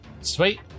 Sweet